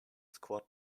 squad